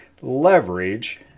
leverage